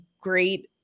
great